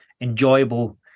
enjoyable